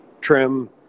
trim